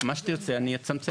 מה שתרצה אני אצמצם.